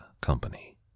Company